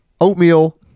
Oatmeal